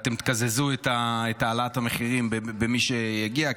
אתם תקזזו את העלאת המחירים במי שיגיע,